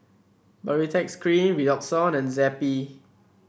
Baritex Cream Redoxon and Zappy